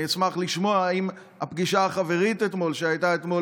אני אשמח לשמוע אם הפגישה החברית שהייתה אתמול